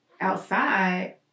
outside